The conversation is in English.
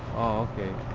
oh ok